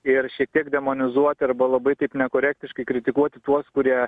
ir šiek tiek demonizuoti arba labai taip nekorektiškai kritikuoti tuos kurie